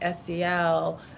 SEL